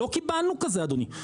לא קיבלנו כזה אדוני.